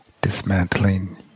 dismantling